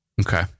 Okay